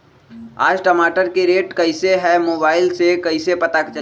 आज टमाटर के रेट कईसे हैं मोबाईल से कईसे पता चली?